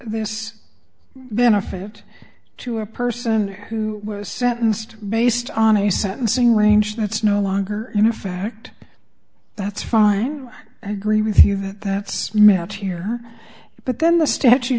this benefit to a person who was sentenced based on a sentencing range that's no longer in fact that's fine and agree with you that that may have here but then the statu